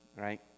right